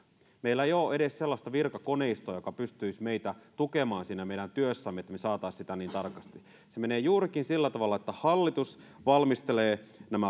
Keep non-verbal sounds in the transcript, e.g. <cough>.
meillä ei ole edes sellaista virkakoneistoa joka pystyisi meitä tukemaan siinä meidän työssämme että me saisimme sitä tehtyä niin tarkasti se menee juurikin sillä tavalla että hallitus valmistelee nämä <unintelligible>